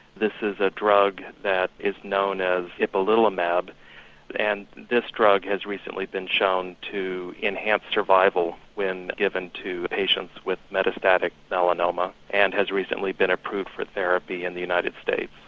this is a drug that is known as ipilimumab and this drug has recently been shown to enhance survival when given to patients with metastatic melanoma and has recently been approved for therapy in the united states.